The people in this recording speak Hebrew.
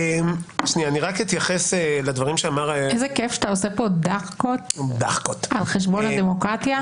איזה כיף שאתה עושה פה דחקות על חשבון הדמוקרטיה.